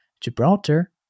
Gibraltar